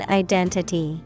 identity